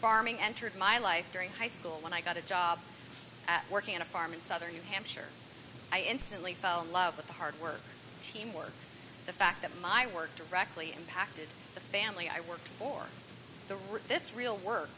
farming entered my life during high school when i got a job working on a farm in southern new hampshire i instantly fell in love with the hard work teamwork the fact that my work directly impacted the family i worked for the rich this real work